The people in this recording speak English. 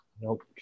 Nope